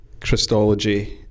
Christology